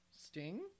Sting